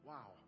Wow